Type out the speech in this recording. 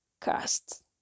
cast